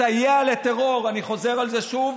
מסייע לטרור, אני חוזר על זה שוב.